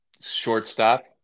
shortstop